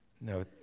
No